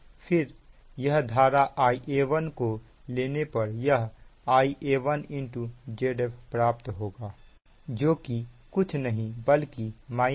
फिर यह धारा Ia1 को लेने पर यह Ia1 Zf प्राप्त होगा जो कि कुछ नहीं बल्कि Ia2 है